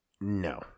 No